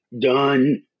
done